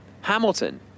Hamilton